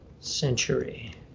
century